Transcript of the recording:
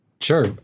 Sure